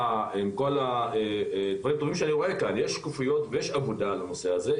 אני רואה שיש עבודה על הנושא הזה,